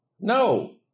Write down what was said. no